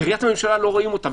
בראיית הממשלה לא רואים אותה.